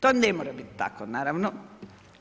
To ne mora biti tako, naravno,